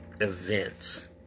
events